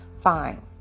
fine